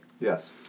Yes